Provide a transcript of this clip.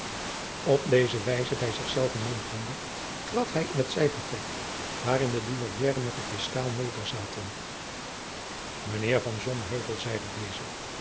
op deze wijze bij zich zelven mompelende trad hij in het zijvertrek waarin de douairière met den fiscaal nederzaten mijnheer van sonheuvel zeide deze